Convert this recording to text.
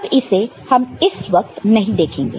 अब इसे हम इस वक्त नहीं देखेंगे